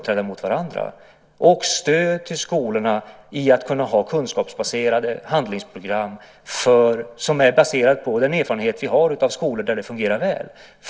För att få bort kränkande behandling och trakasserier i skolan är det också viktigt med stöd till skolorna så att de kan ha handlingsprogram som är baserade på den erfarenhet vi har av skolor där det fungerar väl.